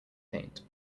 paint